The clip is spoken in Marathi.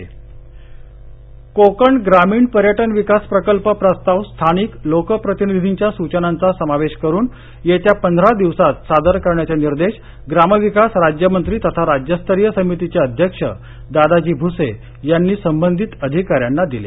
कोकण पर्यटन कोकण ग्रामीण पर्यटन विकास प्रकल्प प्रस्ताव स्थानिक लोकप्रतिनिधींच्या सूचनांचा समावेश करुन येत्या पंधरा दिवसात सादर करण्याचे निर्देश ग्रामविकास राज्यमंत्री तथा राज्यस्तरीय समितीचे अध्यक्ष दादाजी भुसे यांनी संबंधित अधिकाऱ्यांना दिले